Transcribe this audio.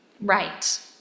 right